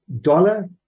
dollar